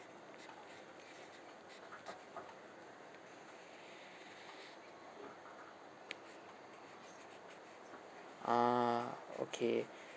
ah okay